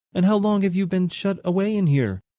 and how long have you been shut away in here?